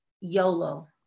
yolo